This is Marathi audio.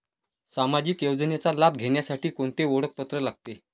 सामाजिक योजनेचा लाभ घेण्यासाठी कोणते ओळखपत्र लागते?